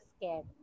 scared